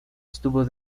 estuvo